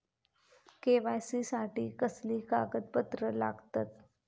KYC साठी कसली कागदपत्र लागतत?